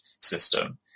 system